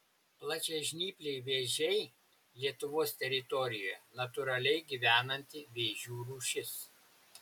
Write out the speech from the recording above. plačiažnypliai vėžiai lietuvos teritorijoje natūraliai gyvenanti vėžių rūšis